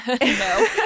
no